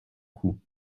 coup